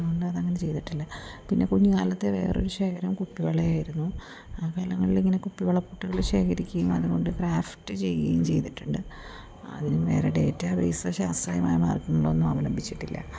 അതുകൊണ്ട് അത് അങ്ങനെ ചെയ്തിട്ടില്ല പിന്നെ കുഞ്ഞുകാലത്തെ വേറൊരു ശേഖരം കുപ്പി വളയായിരുന്നു ആ കാലങ്ങളിലിങ്ങനെ കുപ്പിവളപ്പൊട്ടുകൾ ശേഖരിക്കുകയും അതുകൊണ്ട് ക്രാഫ്റ്റ് ചെയ്യുകയും ചെയ്തിട്ടുണ്ട് അതിനു വേറെ ഡേറ്റബേസ് ശാസ്ത്രീയമായ മാർഗ്ഗങ്ങളൊന്നും അവലംബിച്ചിട്ടില്ല